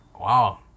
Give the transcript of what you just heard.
Wow